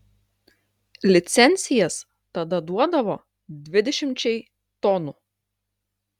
licencijas tada duodavo dvidešimčiai tonų